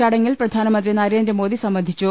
ചടങ്ങിൽ പ്രധാന മന്ത്രി നരേന്ദ്രമോദി സംബന്ധിച്ചു